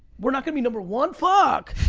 we're not gonna be number one? fuck.